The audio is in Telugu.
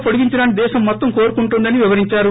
పొడిగెంచడాన్ని దేశం మొత్తం కోరుకుంటోందని వివరిందారు